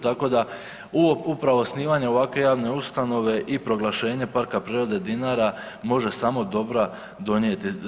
Tako da upravo osnivanje ovakve javne ustanove i proglašenje Parka prirode Dinara može samo dobra donijeti.